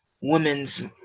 women's